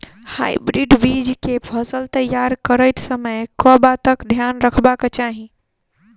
Hybrid बीज केँ फसल तैयार करैत समय कऽ बातक ध्यान रखबाक चाहि?